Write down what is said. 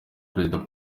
perezida